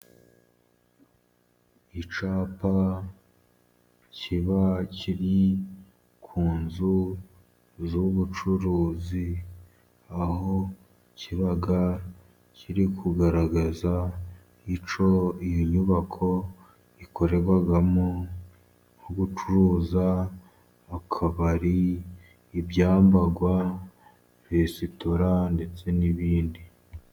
Icyapa kiba kiri ku nzu z'ubucuruzi, aho kiba kiri kugaragzaa icyo iyo nyubako ikorerwamo nko gucuruza akabari, ibyambarwa, resitora ndetse n'ibindi.